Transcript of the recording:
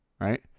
right